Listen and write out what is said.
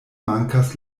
mankas